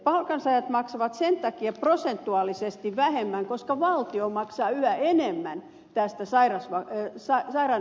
palkansaajat maksavat sen takia prosentuaalisesti vähemmän koska valtio maksaa yhä enemmän tästä sairaanhoitovakuutuksesta